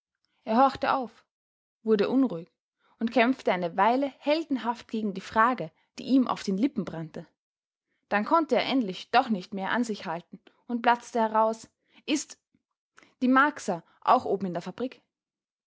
er horchte auf wurde unruhig und kämpfte eine weile heldenhaft gegen die frage die ihm auf den lippen brannte dann konnte er endlich doch nicht mehr an sich halten und platzte heraus ist die marcsa auch oben in der fabrik